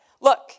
look